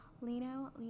Lino